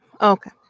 Okay